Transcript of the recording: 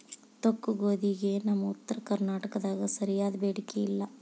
ತೊಕ್ಕಗೋಧಿಗೆ ನಮ್ಮ ಉತ್ತರ ಕರ್ನಾಟಕದಾಗ ಸರಿಯಾದ ಬೇಡಿಕೆ ಇಲ್ಲಾ